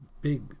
big